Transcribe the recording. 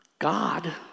God